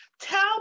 Tell